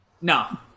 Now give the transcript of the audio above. No